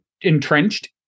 entrenched